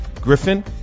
Griffin